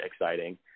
exciting